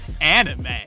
Anime